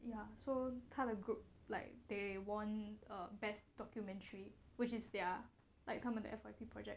ya so 他的 group like they won err best documentary which is there like 他们的 F_Y_P project